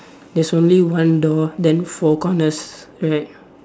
there's only one door then four corners right